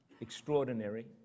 extraordinary